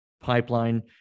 pipeline